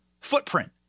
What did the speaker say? footprint